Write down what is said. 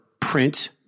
print